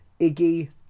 Iggy